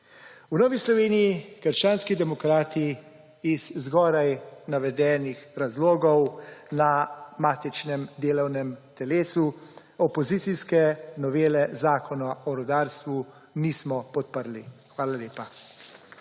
V Novi Sloveniji – krščanskih demokratih iz zgoraj navedenih razlogov na matičnem delovnem telesu opozicijske novele Zakona o rudarstvu nismo podprli. Hvala lepa.